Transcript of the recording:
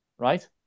Right